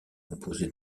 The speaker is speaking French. composé